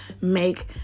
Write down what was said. make